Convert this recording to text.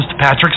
Patrick